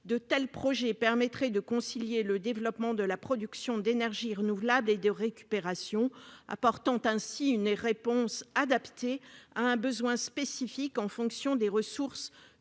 de tels projets permettraient de concilier le développement de la production d'énergies renouvelables et celui de la récupération, apportant ainsi une réponse adaptée à un besoin spécifique en fonction des ressources